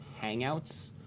Hangouts